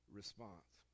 response